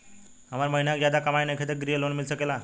हमर महीना के ज्यादा कमाई नईखे त ग्रिहऽ लोन मिल सकेला?